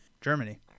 germany